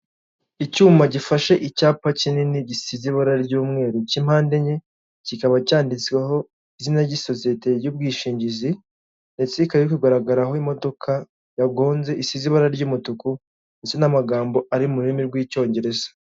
Icyuma gifashe icyapa kinini gisize ibara ry'umweru cy'impande enye, kikaba cyanditseho izina ry'isosiyete y'ubwishingizi, ndetse ikaba kugaragaraho imodoka yagonze isize ibara ry'umutuku, ndetse n'amagambo ari mu rurimi rw'icyongereza.